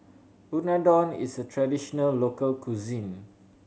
unadon is a traditional local cuisine